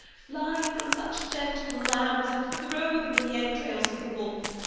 fly from such gentle lambs, and throw them in the entrails of the wolf?